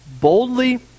Boldly